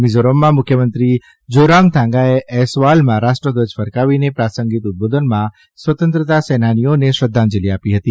મિઝોરમમાં મુખ્યમંત્રી જારામ થાંગાએ ઐસવાલમાં રાષ્ટ્રધ્વજ ફરકાવીને પ્રાસંગિક ઉદબોધનમાં સ્વતંત્રતા સેનાનીઓને શ્રધ્ધાંજલી આપી હતી